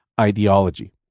ideology